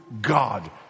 God